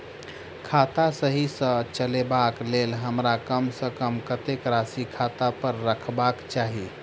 खाता सही सँ चलेबाक लेल हमरा कम सँ कम कतेक राशि खाता पर रखबाक चाहि?